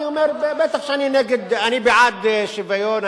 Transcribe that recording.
אני אומר, בטח שאני בעד שוויון.